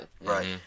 Right